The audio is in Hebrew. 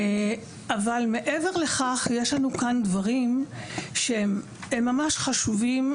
אבל מעבר לכך יש לנו כאן דברים שהם ממש חשובים.